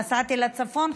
נסעתי לצפון,